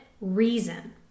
reason